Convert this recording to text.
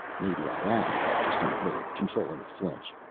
maybe i am, gusterson admitted, controlling a flinch.